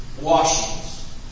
Washings